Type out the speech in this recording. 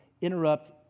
interrupt